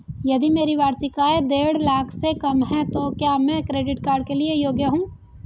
यदि मेरी वार्षिक आय देढ़ लाख से कम है तो क्या मैं क्रेडिट कार्ड के लिए योग्य हूँ?